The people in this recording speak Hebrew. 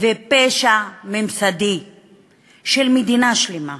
ופשע ממסדי של מדינה שלמה,